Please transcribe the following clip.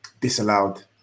disallowed